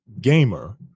gamer